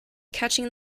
catching